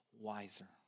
wiser